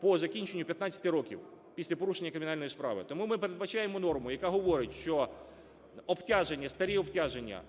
по закінченню 15 років після порушення кримінальної справи. Тому ми передбачаємо норму, яка говорить, що обтяження, старі обтяження,